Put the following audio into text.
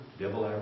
devil